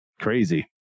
Crazy